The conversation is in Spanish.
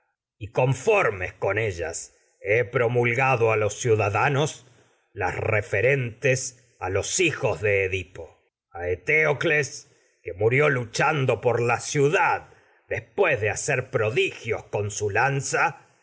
ciudad conformes antígona con ellas a he promulgado a los ciudadanos las referen murió luchan con tes los hijos de edipo a eteocles que do por la ciudad después de hacer prodigios su lanza